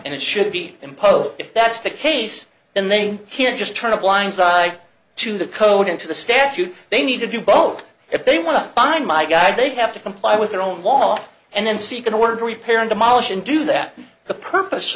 and it should be imposed if that's the case then they can just turn a blind side to the code into the statute they need to do both if they want to find my guy they have to comply with their own law off and then seek an order to repairing demolish and do that the purpose